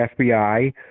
FBI